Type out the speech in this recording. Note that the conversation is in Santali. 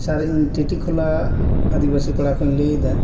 ᱥᱮᱨ ᱤᱧ ᱴᱤᱴᱤᱠᱷᱳᱞᱟ ᱟᱹᱫᱤᱵᱟᱹᱥᱤ ᱯᱟᱲᱟ ᱠᱷᱚᱱᱤᱧ ᱞᱟᱹᱭᱮᱫᱟ